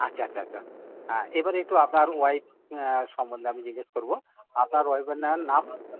আচ্ছা আচ্ছা আচ্ছা এবারে একটু আপনার ওয়াইফ সম্বন্ধে আমি জিজ্ঞেস করবো আপনার ওয়াইফের না নাম